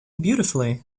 beautifully